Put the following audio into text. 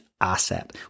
asset